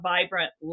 Vibrant